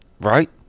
Right